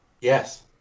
Yes